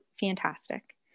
fantastic